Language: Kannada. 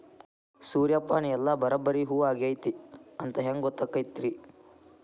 ಸೂರ್ಯಪಾನ ಎಲ್ಲ ಬರಬ್ಬರಿ ಹೂ ಆಗೈತಿ ಅಂತ ಹೆಂಗ್ ಗೊತ್ತಾಗತೈತ್ರಿ?